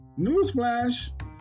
Newsflash